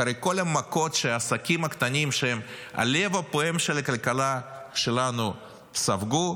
אחרי כל המכות שהעסקים הקטנים שהם הלב הפועם של הכלכלה שלנו ספגו,